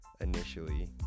initially